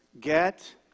Get